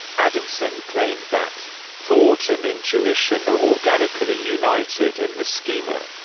adamson claimed that thought and intuition are organically united in the schema.